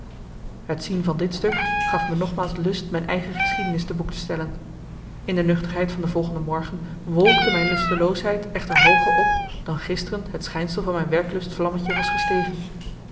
het zien van dit stuk gaf me nogmaals lust mijn eigen geschiedenis te boek te stellen in de nuchterheid van de volgende morgen wolkte mijn lusteloosheid echter hooger op dan gisteren het schijnsel van mijn werklustvlammetje was gestegen